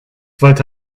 wollte